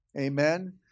Amen